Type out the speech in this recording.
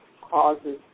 causes